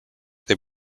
they